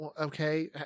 okay